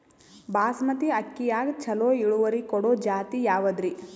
ಬಾಸಮತಿ ಅಕ್ಕಿಯಾಗ ಚಲೋ ಇಳುವರಿ ಕೊಡೊ ಜಾತಿ ಯಾವಾದ್ರಿ?